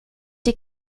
die